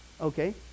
okay